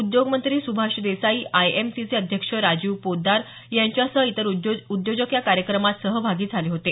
उद्योगमंत्री सुभाष देसाई आयएमसीचे अध्यक्ष राजीव पोद्दार यांच्यासह इतर उद्योजक या कार्यक्रमात सहभागी झाले होते